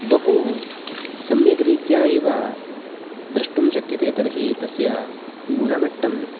बहु सम्यग्रीत्या एव द्रष्टुं शक्यते तर्हि तस्य गुणमट्टं